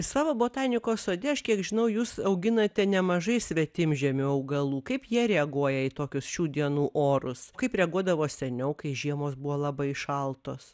savo botanikos sode aš kiek žinau jūs auginate nemažai svetimžemių augalų kaip jie reaguoja į tokius šių dienų orus kaip reaguodavo seniau kai žiemos buvo labai šaltos